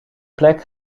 plek